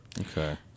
okay